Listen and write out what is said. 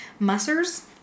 Mussers